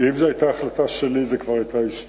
אם זאת היתה החלטה שלי זה כבר היה היסטוריה.